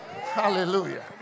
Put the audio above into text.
Hallelujah